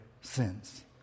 sins